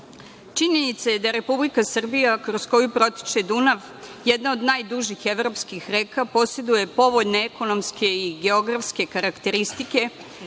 je da Republika Srbija kroz koju protiče Dunav, jedna od najdužih evropskih reka, poseduje povoljne ekonomske i geografske karakteristike